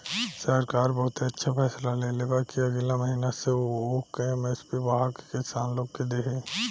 सरकार बहुते अच्छा फैसला लेले बा कि अगिला महीना से उ ऊख के एम.एस.पी बढ़ा के किसान लोग के दिही